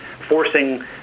forcing